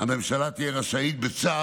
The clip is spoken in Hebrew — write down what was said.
הממשלה תהיה רשאית בצו,